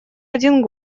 один